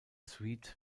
suite